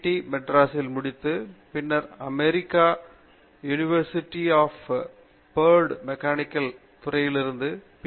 D மெட்ராஸில் முடித்து பின்னர் அமெரிக்கா பர்டு யூனிவர்சிட்டில் மெக்கானிக்கல் துறையில்ருந்து பி